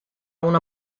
una